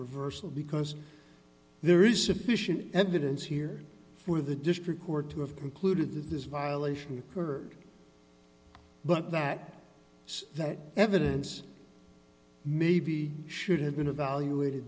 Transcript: reversal because there is sufficient evidence here for the district court to have concluded that this violation occurred but that that evidence maybe should have been evaluated